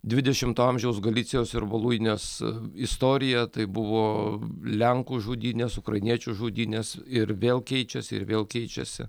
dvidešimto amžiaus galicijos ir voluinės istorija tai buvo lenkų žudynės ukrainiečių žudynės ir vėl keičiasi ir vėl keičiasi